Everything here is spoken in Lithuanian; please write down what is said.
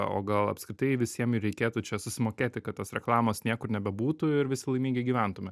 o gal apskritai visiem ir reikėtų čia susimokėti kad tos reklamos niekur nebebūtų ir visi laimingi gyventume